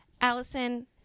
Allison